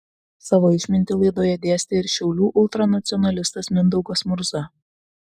savo išmintį laidoje dėstė ir šiaulių ultranacionalistas mindaugas murza